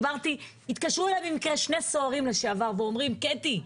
התקשרו אלי במקרה שני סוהרים לשעבר ואמרו: קטי,